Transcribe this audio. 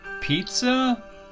pizza